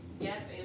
yes